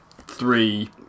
three